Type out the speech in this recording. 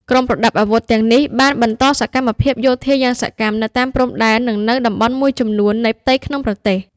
ក្រុមប្រដាប់អាវុធទាំងនេះបានបន្តសកម្មភាពយោធាយ៉ាងសកម្មនៅតាមព្រំដែន និងនៅតំបន់មួយចំនួននៃផ្ទៃក្នុងប្រទេស។